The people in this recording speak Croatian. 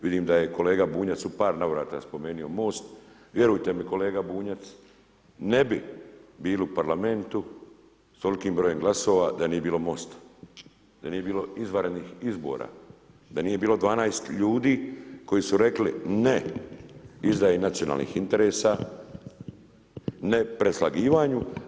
Vidim da je kolega Bunjac u par navrata spomenuo Most, vjerujte mi kolega Bunjac ne bi bili u Parlamentu s tolikim brojem glasova da nije bilo MOst-a, da nije bilo izvanrednih izbora, da nije bilo 12 ljudi koji su rekli ne izdaji nacionalnih interesa, ne preslagivanju.